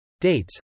Dates